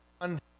on